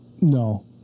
No